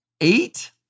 Eight